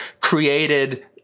created